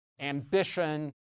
ambition